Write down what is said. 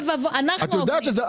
אנחנו הוגנים כלפי כולם.